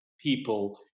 people